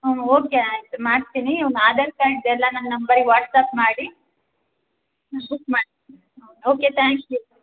ಹ್ಞೂ ಓಕೆ ಆಯಿತು ಮಾಡ್ತೀನಿ ಒಂದು ಆಧಾರ್ ಕಾರ್ಡ್ದೆಲ್ಲ ನನ್ನ ನಂಬರಿಗೆ ವಾಟ್ಸ್ಆ್ಯಪ್ ಮಾಡಿ ಹ್ಞೂ ಬುಕ್ ಮಾಡ್ತೀನಿ ಓಕೆ ಆಯಿತು ತ್ಯಾಂಕ್ ಯು